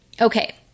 Okay